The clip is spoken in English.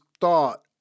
thought